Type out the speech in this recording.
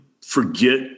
forget